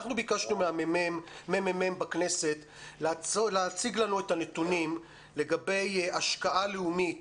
אנחנו ביקשנו מהממ"מ בכנסת להציג לנו את הנתונים לגבי השקעה לאומית